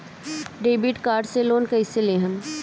Debit card से loan कईसे लेहम?